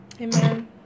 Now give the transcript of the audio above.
Amen